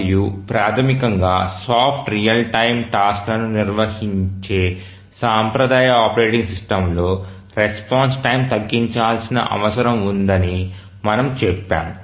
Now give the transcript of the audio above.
మరియు ప్రాథమికంగా soft real టైమ్టాస్క్లను నిర్వహించే సాంప్రదాయ ఆపరేటింగ్ సిస్టమ్లో రెస్పాన్స్ టైమ్ తగ్గించాల్సిన అవసరం ఉందని మనము చెప్పాము